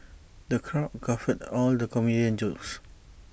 the crowd guffawed at the comedian's jokes